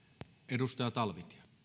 arvoisa